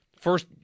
First